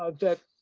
ah that